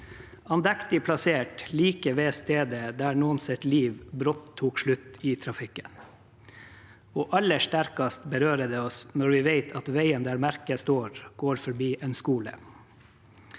andektig plassert like ved stedet der noens liv brått tok slutt i trafikken. Aller sterkest berører det oss når vi vet at veien der merket står, går forbi en skole.